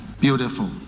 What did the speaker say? Beautiful